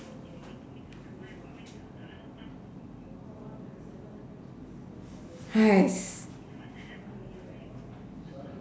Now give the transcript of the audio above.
!hais!